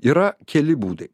yra keli būdai